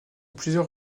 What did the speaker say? plusieurs